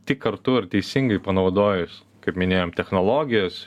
tik kartu ir teisingai panaudojus kaip minėjom technologijas